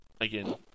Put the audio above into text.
Again